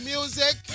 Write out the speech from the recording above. Music